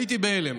הייתי בהלם.